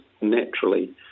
naturally